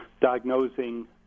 diagnosing